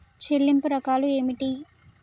చెల్లింపు రకాలు ఏమిటి?